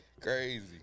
crazy